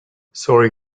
sorry